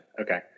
Okay